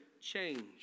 change